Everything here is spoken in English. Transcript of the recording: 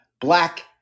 black